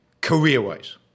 career-wise